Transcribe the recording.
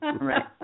Right